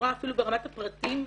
אפילו ברמת הפרטים.